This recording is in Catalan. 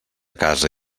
casa